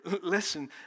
listen